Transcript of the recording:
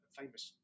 famous